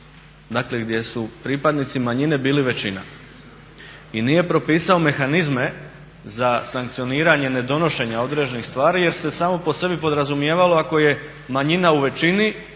Dakle, gdje su pripadnici manjine bili većina i nije propisao mehanizme za sankcioniranje nedonošenja određenih stvari jer se samo po sebi podrazumijevalo ako je manjina u većini